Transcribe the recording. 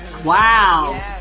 Wow